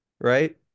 right